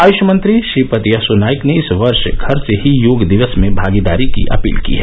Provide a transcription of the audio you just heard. आयष मंत्री श्रीपद यसो नाइक ने इस वर्ष घर से ही योग दिवस में भागीदारी की अपील की है